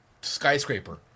skyscraper